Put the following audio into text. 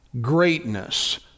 greatness